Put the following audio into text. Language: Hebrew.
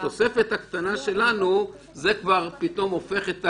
והתוספת הקטנה שלנו כבר הופכת,